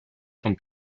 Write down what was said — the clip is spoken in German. vom